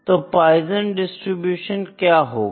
तो Poisson distribution क्या होगा